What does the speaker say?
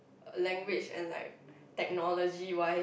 language and like technology wise